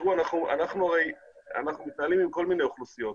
אנחנו מתנהלים עם כל מיני אוכלוסיות,